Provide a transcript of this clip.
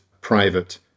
private